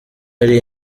ari